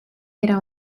era